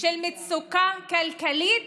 של מצוקה כלכלית